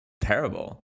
terrible